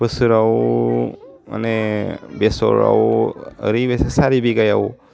बोसोराव माने बेसराव ओरैबासे सारि बिघायाव